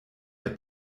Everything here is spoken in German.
der